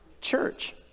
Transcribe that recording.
church